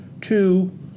Two